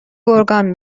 گرگان